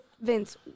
Vince